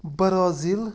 Brazil